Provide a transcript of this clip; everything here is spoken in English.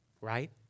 right